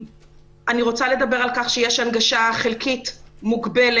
אני רוצה לדבר על כך שיש הנגשה חלקית, מוגבלת.